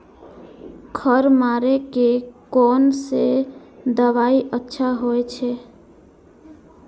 खर मारे के कोन से दवाई अच्छा होय छे?